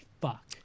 fuck